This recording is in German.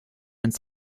ins